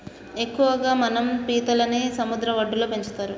ఎక్కువగా మనం పీతలని సముద్ర వడ్డులో పెంచుతరు